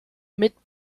mit